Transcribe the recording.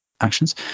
actions